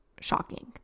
shocking